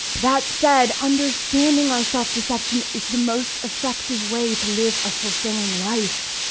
that said, understanding our self-deception is the most effective way to live a fulfilling life.